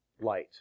light